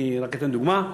אני אתן דוגמה: